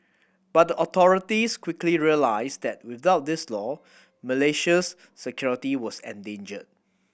but the authorities quickly realised that without this law Malaysia's security was endangered